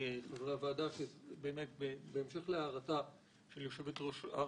אנחנו נצטרך, בהמשך להערה של יושבת ראש הרשות,